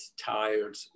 tired